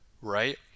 right